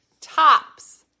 Tops